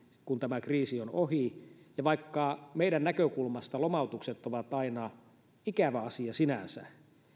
kun tämä kriisi on ohi ja vaikka meidän näkökulmasta lomautukset ovat aina ikävä asia sinänsä